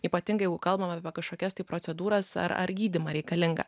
ypatingai jeigu kalbam apie kažkokias tai procedūras ar ar gydymą reikalingą